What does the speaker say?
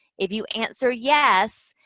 if you answer yes,